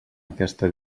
aquesta